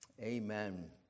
Amen